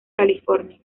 california